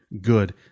good